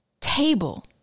table